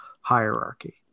hierarchy